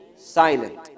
silent